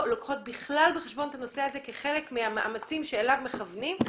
לא לוקחות בחשבון את הנושא הזה כחלק מהמאמצים שאליו מכוונים.